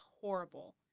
horrible